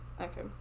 Okay